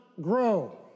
grow